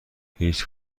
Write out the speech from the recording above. هیچ